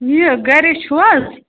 یہِ گَرے چھُو حظ